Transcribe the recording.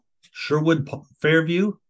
Sherwood-Fairview